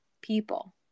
people